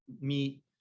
meet